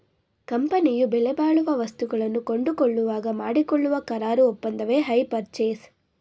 ಕಂಪನಿಯು ಬೆಲೆಬಾಳುವ ವಸ್ತುಗಳನ್ನು ಕೊಂಡುಕೊಳ್ಳುವಾಗ ಮಾಡಿಕೊಳ್ಳುವ ಕರಾರು ಒಪ್ಪಂದವೆ ಹೈರ್ ಪರ್ಚೇಸ್